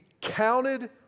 counted